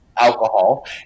alcohol